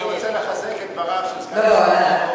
אני רוצה לחזק את דבריו של סגן השר.